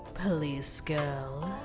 police girl.